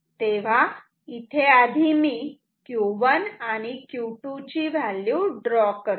तेव्हा इथे आधी मी Q1 आणि Q2 ची व्हॅल्यू ड्रॉ करतो